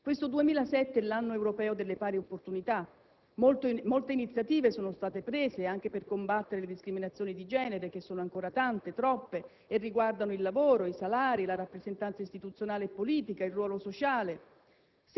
Questo 2007 è l'Anno europeo delle pari opportunità. Molte iniziative sono state prese anche per combattere le discriminazioni di genere, che sono ancora tante, troppe e riguardano il lavoro, i salari, la rappresentanza istituzionale e politica, il ruolo sociale.